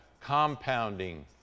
compounding